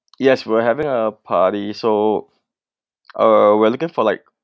yes we're having a party so uh we're looking for like